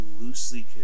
loosely